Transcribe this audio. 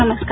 नमस्कार